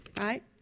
right